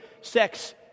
sex